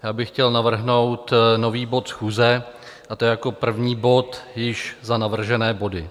Já bych chtěl navrhnout nový bod schůze, a to jako první bod za již navržené body.